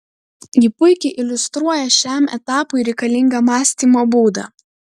ji puikiai iliustruoja šiam etapui reikalingą mąstymo būdą